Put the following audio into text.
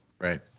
right